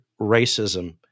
racism